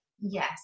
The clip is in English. Yes